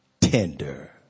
tender